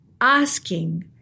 asking